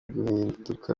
guhinduka